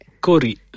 Kori